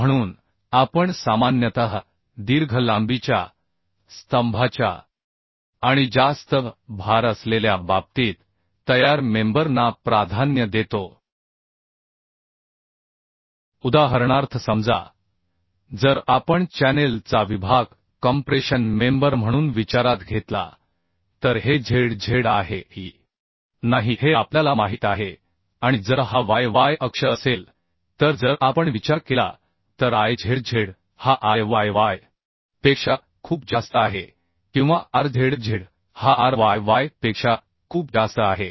म्हणून आपण सामान्यतः दीर्घ लांबीच्या स्तंभाच्या आणि जास्त भार असलेल्या बाबतींत तयार मेंबर ना प्राधान्य देतो उदाहरणार्थ समजा जर आपण चॅनेल चा विभाग कॉम्प्रेशन मेंबर म्हणून विचारात घेतला तर हे zz आहे की नाही हे आपल्याला माहीत आहे आणि जर हा yy अक्ष असेल तर जर आपण विचार केला तर Izz हा Iyy पेक्षा खूप जास्त आहे किंवा rzz हा ryy पेक्षा खूप जास्त आहे